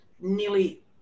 nearly